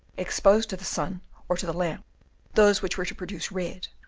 exposed to the sun or to the lamp those which were to produce red,